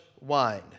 wine